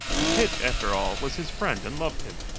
and pitt, after all, was his friend and loved him,